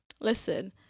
Listen